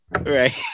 Right